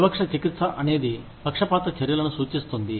వివక్ష చికిత్స అనేది పక్షపాత చర్యలను సూచిస్తుంది